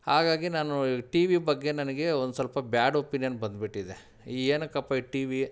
ಹಾಗಾಗಿ ನಾನು ಟಿ ವಿ ಬಗ್ಗೆ ನನಗೆ ಒಂದು ಸ್ವಲ್ಪ ಬ್ಯಾಡ್ ಒಪೀನಿಯನ್ ಬಂದುಬಿಟ್ಟಿದೆ ಏನಕ್ಕಪ್ಪ ಈ ಟಿ ವಿ